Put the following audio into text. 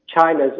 China's